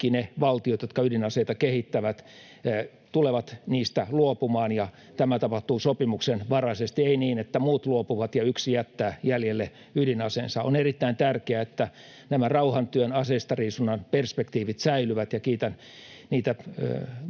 ne valtiot, jotka ydinaseita kehittävät, tulevat niistä luopumaan ja että tämä tapahtuu sopimuksenvaraisesti, ei niin, että muut luopuvat ja yksi jättää jäljelle ydinaseensa. On erittäin tärkeää, että nämä rauhantyön, aseistariisunnan perspektiivit säilyvät, ja kiitän myöskin